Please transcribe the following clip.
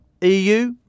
EU